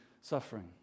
suffering